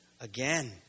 again